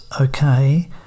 okay